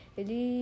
ele